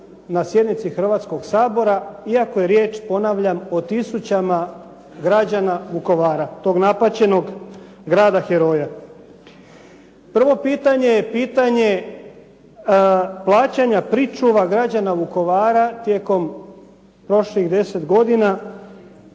na sjednici Hrvatskog sabora, iako je riječ ponavljam o tisućama građana Vukovara, tog napaćenog grada heroja. Prvo pitanje je pitanje plaćanja pričuva građana Vukovara tijekom prošlih deset godina